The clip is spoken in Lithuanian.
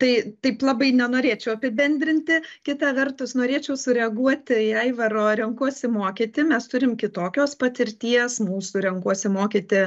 tai taip labai nenorėčiau apibendrinti kita vertus norėčiau sureaguoti į aivaro renkuosi mokyti mes turim kitokios patirties mūsų renkuosi mokyti